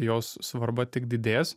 jos svarba tik didės